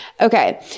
Okay